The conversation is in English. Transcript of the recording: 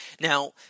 Now